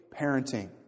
parenting